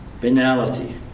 Banality